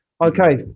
Okay